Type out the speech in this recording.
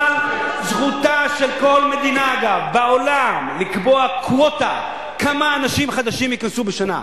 אבל זכותה של כל מדינה בעולם לקבוע קווטה כמה אנשים חדשים ייכנסו בשנה.